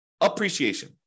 appreciation